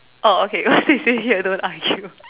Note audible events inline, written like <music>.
oh okay cause they say here don't argue <laughs>